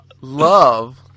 love